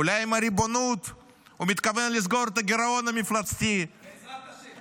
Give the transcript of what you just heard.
אולי עם הריבונות הוא מתכוון לסגור את הגירעון המפלצתי -- בעזרת השם.